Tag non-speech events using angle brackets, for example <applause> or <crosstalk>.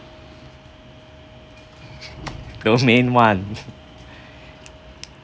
domain one <laughs>